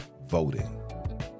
Voting